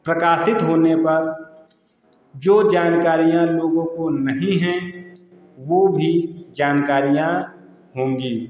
प्रकाशित होने पर जो जानकारियाँ लोगों को नहीं हैं वो भी जानकारियाँ होंगी